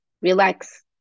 relax